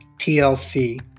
TLC